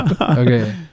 Okay